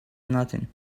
nothing